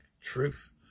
truth